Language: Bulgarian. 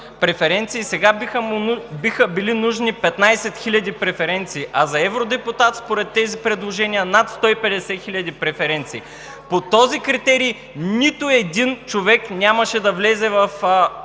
сега биха били нужни 15 хиляди преференции, а за евродепутат, според тези предложения, над 150 хиляди преференции. По този критерий нито един човек нямаше да влезе в българския